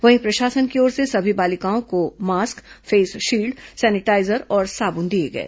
वहीं प्रशासन की ओर से सभी बालिकाओं को मास्क फेसशील्ड सेनिटाईजर और साबुन दिए गए